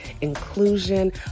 inclusion